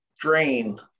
drain